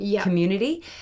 community